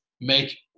make